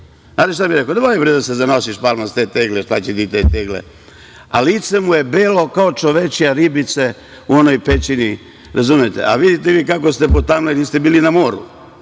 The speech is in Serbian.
Znate li šta mi je rekao? Nemoj, bre, da se zanosiš, Palma, sa te tegle, šta će ti te tegle. Lice mu je belo kao u čovečije ribice u onoj pećini, razumete, a vidite vi kako ste potamneli, niste bili na moru,